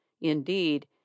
indeed